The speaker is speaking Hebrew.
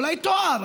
אולי תואר.